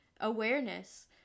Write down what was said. awareness